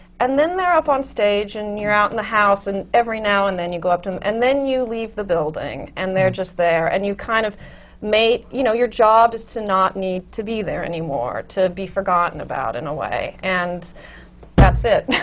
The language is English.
and then they're up on stage and and you're out in the house, and every now and then you go up to them. and then, you leave the building and they're just there. and you kind of make you know, your job is to not need to be there any more, to be forgotten about, in a way. and that's it!